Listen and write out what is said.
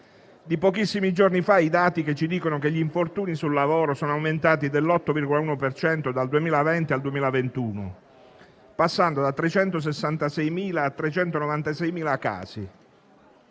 Di pochissimi giorni fa sono i dati che ci dicono che gli infortuni sul lavoro sono aumentati dell'8,1 per cento dal 2020 al 2021, passando da 366.000 a 396.000 casi.